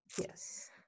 Yes